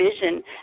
Vision